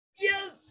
Yes